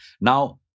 Now